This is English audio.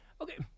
Okay